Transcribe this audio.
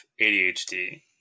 ADHD